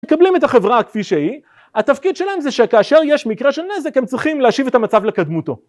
מקבלים את החברה כפי שהיא, התפקיד שלהם זה שכאשר יש מקרה של נזק הם צריכים להשיב את המצב לקדמותו.